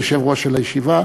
היושב-ראש של הישיבה,